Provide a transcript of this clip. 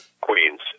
queens